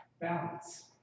balance